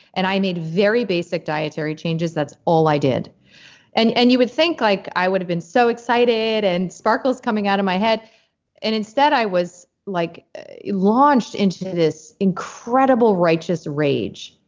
and i made very basic dietary changes, that's all i did and and you would think like i would have been so excited and sparkles coming out of my head and instead i was like launched into this incredible righteous rage.